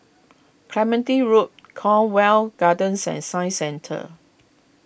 Clementi Loop Cornwall Gardens and Science Centre